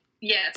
Yes